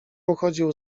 uchodził